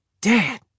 Dad